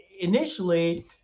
initially